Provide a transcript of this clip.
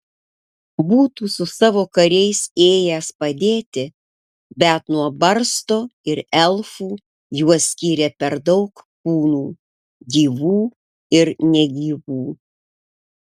būtų su savo kariais ėjęs padėti bet nuo barsto ir elfų juos skyrė per daug kūnų gyvų ir negyvų